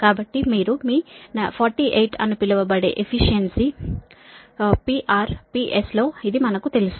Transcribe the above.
కాబట్టి మీరు మీ 48 అను పిలవబడే ఎఫిషియన్సీ PR PS లో ఇది మనకు తెలుసు